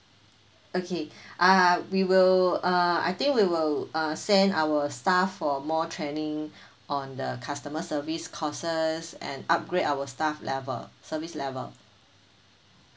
okay uh we will uh I think we will uh send our staff for more training on the customer service courses and upgrade our staff level service level